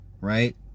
Right